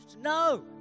No